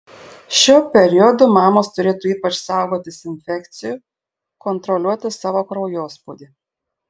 šiuo periodu mamos turėtų ypač saugotis infekcijų kontroliuoti savo kraujospūdį